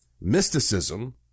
mysticism